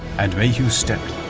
and mehew stepped,